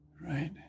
right